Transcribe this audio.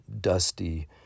dusty